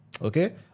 Okay